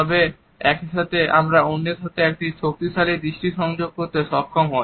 তবে একই সাথে আমরা অন্যের সঙ্গে একটি শক্তিশালী দৃষ্টি সংযোগ করতে সক্ষম হই